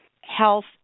health